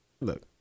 look